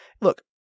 look